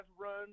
run